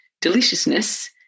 deliciousness